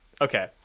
okay